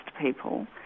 people